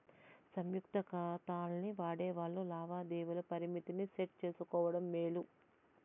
సంయుక్త కాతాల్ని వాడేవాల్లు లావాదేవీల పరిమితిని సెట్ చేసుకోవడం మేలు